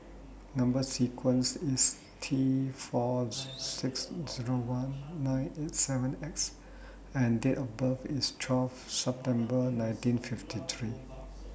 Number sequence IS T four six Zero one nine eight seven X and Date of birth IS twelve September nineteen fifty three